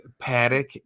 Paddock